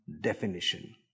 definition